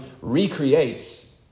recreates